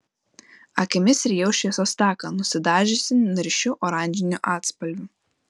akimis rijau šviesos taką nusidažiusį niršiu oranžiniu atspalviu